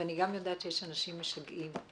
ואני גם יודעת שיש אנשים משגעים.